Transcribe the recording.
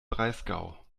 breisgau